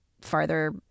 farther